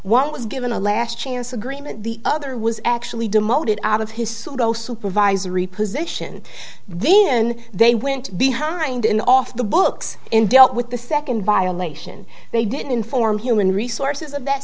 one was given a last chance agreement the other was actually demoted out of his pseudo supervisory position then they went behind in off the books and dealt with the second violation they didn't inform human resources of that